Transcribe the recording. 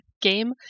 game